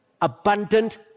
abundant